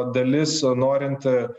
dalis norint